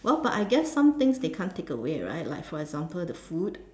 well but I guess some things they can't take away right like for example the food